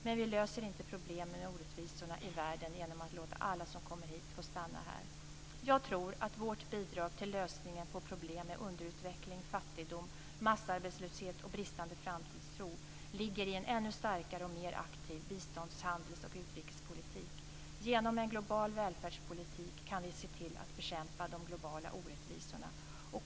Men vi löser inte problemen med orättvisorna i världen genom att låta alla som kommer hit få stanna här. Jag tror att vårt bidrag till lösningen på problem med underutveckling, fattigdom, massarbetslöshet och bristande framtidstro ligger i en ännu starkare och mer aktiv bistånds-, handels och utrikespolitik. Genom en global välfärdspolitik kan vi se till att bekämpa de globala orättvisorna.